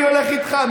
אני הולך איתך.